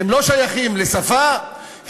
הם לא שייכים לשפה,